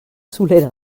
solera